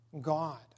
God